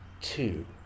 two